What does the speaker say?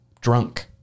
drunk